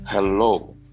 Hello